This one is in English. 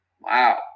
wow